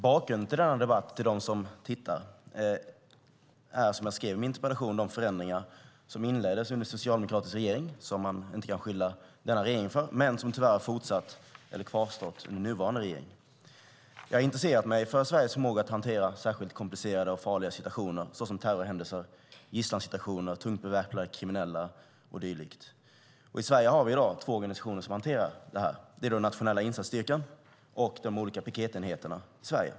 Bakgrunden till denna debatt är, som jag skrev i min interpellation, de förändringar som inleddes under socialdemokratisk regering och som man därmed inte kan beskylla denna regering för, men som tyvärr kvarstått under nuvarande regering. Jag intresserar mig för Sveriges förmåga att hantera särskilt komplicerade och farliga situationer, såsom terrorhändelser, situationer med gisslan eller tungt beväpnade kriminella och dylikt. I Sverige har vi i dag två organisationer som hanterar detta: Nationella insatsstyrkan och de olika piketenheterna.